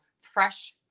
fresh